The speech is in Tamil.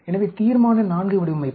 எனவே தீர்மான IV வடிவமைப்பு